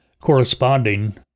corresponding